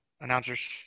Announcers